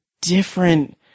different